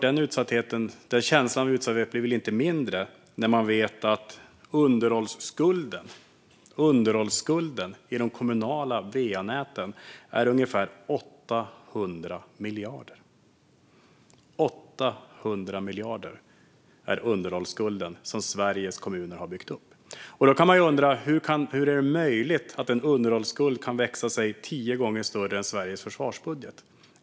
Denna känsla av utsatthet blir såklart inte mindre när man vet att underhållsskulden i de kommunala va-näten är ungefär 800 miljarder. 800 miljarder är alltså den underhållsskuld som Sveriges kommuner har byggt upp! Man kan undra hur det är möjligt att en underhållsskuld kan växa sig tio gånger större än Sveriges försvarsbudget.